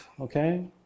okay